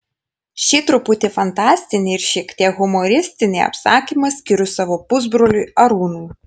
šį truputį fantastinį ir šiek tiek humoristinį apsakymą skiriu savo pusbroliui arūnui